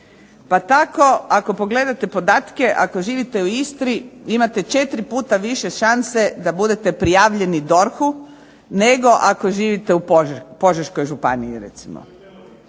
Pa tako ako pogledate podatke, ako živite u Istri imate četiri puta više šanse da budete prijavljeni DORH-u nego ako živite u Požeškoj županiji recimo.